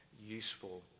useful